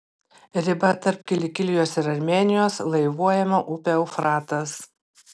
riba tarp kilikijos ir armėnijos laivuojama upė eufratas